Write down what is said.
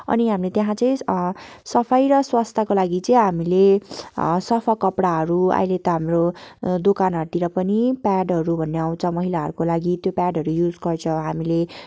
अनि हामीले त्यहाँ चाहिँ सफाइ र स्वास्थ्यको लागि चाहिँ हामीले सफा कपडाहरू अहिले त हाम्रो दोकानहरूतिर पनि प्याडहरू भन्ने आउँछ महिलाहरूको लागि त्यो प्याडहरू युज गर्छ हामीले